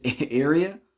area